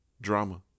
drama